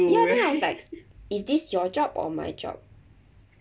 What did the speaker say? ya then I was like is this your job or my job